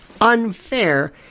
unfair